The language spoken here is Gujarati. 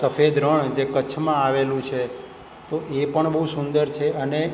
સફેદ રણ જે કચ્છમાં આવેલું છે તો એ પણ બહુ સુંદર છે અને